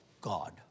God